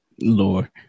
Lord